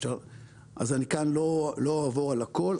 אז אני לא אעבור על הכול,